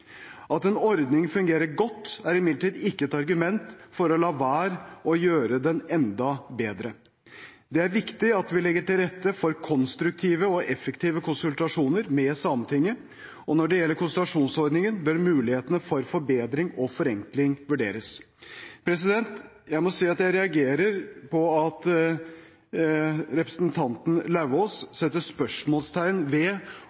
At en ordning fungerer godt, er imidlertid ikke et argument for å la være å gjøre den enda bedre. Det er viktig at vi legger til rette for konstruktive og effektive konsultasjoner med Sametinget, og når det gjelder konsultasjonsordningen, bør mulighetene for forbedring og forenkling vurderes. Jeg må si at jeg reagerer på at representanten Lauvås setter spørsmålstegn ved